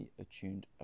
attuned